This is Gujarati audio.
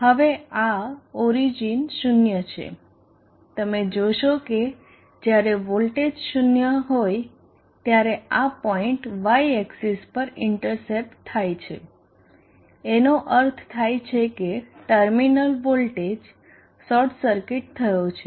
હવે આ ઓરિજિન 0 છે તમે જોશો કે જ્યારે વોલ્ટેજ V 0 હોય ત્યારે આ પોઈન્ટ y એક્સીસ પર ઇન્ટરસેપ્ટ થાય છે જેનો અર્થ થાય છે કે ટર્મિનલ વોલ્ટેજ શોર્ટ સર્કિટ થયો છે